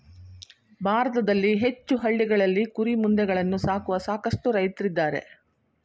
ಭಾರತದಲ್ಲಿ ಹೆಚ್ಚು ಹಳ್ಳಿಗಳಲ್ಲಿ ಕುರಿಮಂದೆಗಳನ್ನು ಸಾಕುವ ಸಾಕಷ್ಟು ರೈತ್ರಿದ್ದಾರೆ